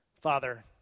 Father